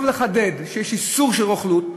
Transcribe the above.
טוב לחדד שיש איסור רוכלות,